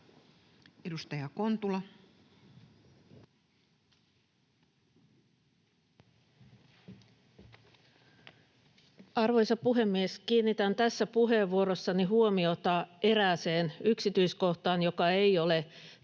14:41 Content: Arvoisa puhemies! Kiinnitän tässä puheenvuorossani huomiota erääseen yksityiskohtaan, joka ei ole tämän